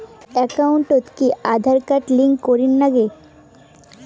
একাউন্টত কি Aadhaar card link করের নাগে?